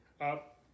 up